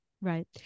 Right